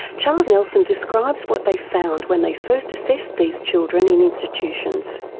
charles nelson describes what they found when they first assessed these children in institutions.